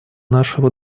нашего